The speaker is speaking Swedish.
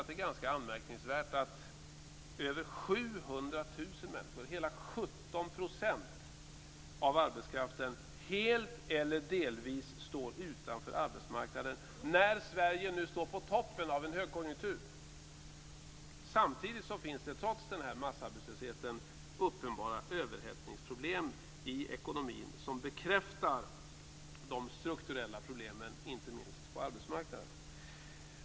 Det är också anmärkningsvärt att över 700 000 personer, hela 17 % av arbetskraften, helt eller delvis står utanför arbetsmarknaden när Sverige nu står på toppen av en högkonjunktur. Samtidigt finns det, trots denna massarbetslöshet, uppenbara överhettningsproblem i ekonomin som bekräftar de strukturella problemen inte minst på arbetsmarknaden.